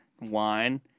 wine